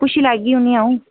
पुच्छी लैग्गी उ'नें गी अ'ऊं